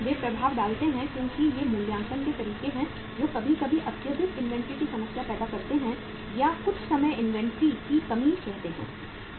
वे प्रभाव डालते हैं क्योंकि ये मूल्यांकन के तरीके हैं जो कभी कभी अत्यधिक इन्वेंट्री की समस्या पैदा करते हैं या कुछ समय इन्वेंट्री की कमी कहते हैं